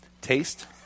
taste